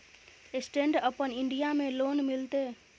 Stand up India में loan मिलते?